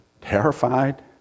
terrified